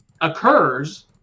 occurs